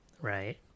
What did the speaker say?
Right